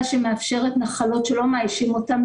שמאפשרת במקרה של נחלות שלא מאיישים אותן,